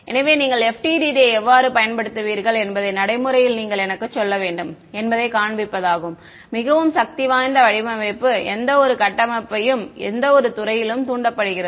எனவே நீங்கள் FDTD யை எவ்வாறு பயன்படுத்துவீர்கள் என்பதை நடைமுறையில் நீங்கள் எனக்கு சொல்ல வேண்டும் என்பதைக் காண்பிப்பதாகும் மிகவும் சக்திவாய்ந்த வடிவமைப்பு எந்தவொரு கட்டமைப்பும் எந்தவொரு துறையையிலும் தூண்டப்படுகிறது